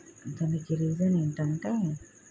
దానికి రీజన్ ఏంటంటే